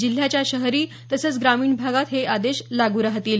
जिल्ह्याच्या शहरी तसंच ग्रामीण भागात हे आदेश लागू राहतील